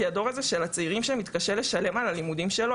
כי הדור הזה של הצעירים שמתקשה לשלם על הלימודים שלו,